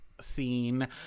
scene